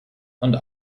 und